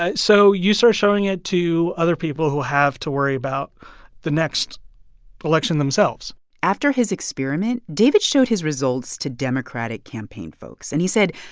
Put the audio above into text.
ah so you start showing it to other people who have to worry about the next election themselves after his experiment, david showed his results to democratic campaign folks, and he said,